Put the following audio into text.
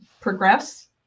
progress